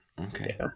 Okay